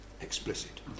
explicit